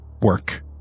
Work